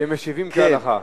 שמשיבים כהלכה.